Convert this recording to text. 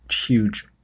huge